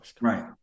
Right